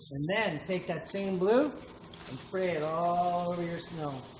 and then take that same blue and spray it all over your snow